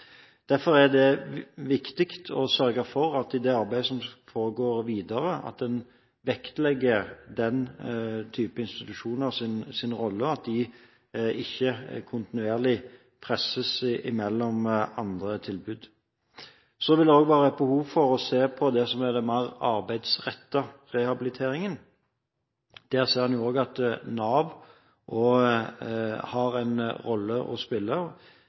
Derfor er det viktig å sørge for at en i det arbeidet som foregår videre, vektlegger den typen institusjoners rolle, og at de ikke kontinuerlig presses mellom andre tilbud. Så vil det også være et behov for å se på det som er den mer arbeidsrettede rehabiliteringen. Der ser en jo også at Nav har en rolle å spille